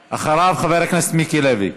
אחריו, חבר הכנסת מיקי לוי,